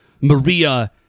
Maria